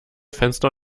fenster